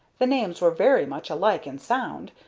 the names were very much alike in sound,